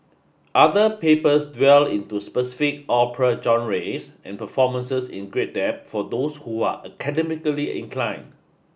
other papers dwell into specific opera genres and performances in great depth for those who are academically inclined